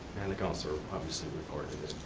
and the counselor obviously reported